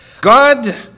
God